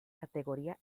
categoría